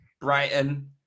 Brighton